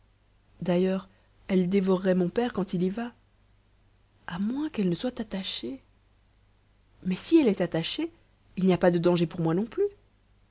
d'ailleurs elle dévorerait mon père quand il y va à moins qu'elle ne soit attachée mais si elle est attachée il n'y a pas de danger pour moi non plus